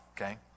okay